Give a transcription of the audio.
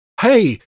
hey